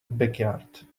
backyard